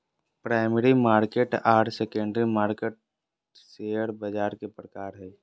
primary market आर secondary market share बाज़ार के प्रकार हइ